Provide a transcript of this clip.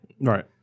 right